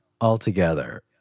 altogether